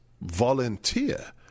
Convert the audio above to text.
volunteer